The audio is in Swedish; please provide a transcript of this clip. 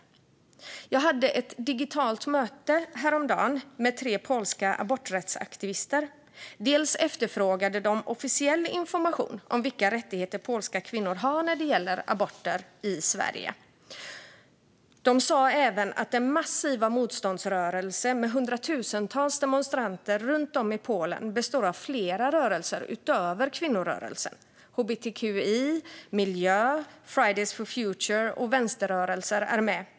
Häromdagen hade jag ett digitalt möte med tre polska aborträttsaktivister. De efterfrågade officiell information om vilka rättigheter polska kvinnor har när det gäller aborter i Sverige. De berättade också att den massiva motståndsrörelsen med hundratusentals demonstranter runt om i Polen består av flera rörelser utöver kvinnorörelsen: hbtqi och miljörörelsen, Fridays for Future liksom vänsterrörelser är med.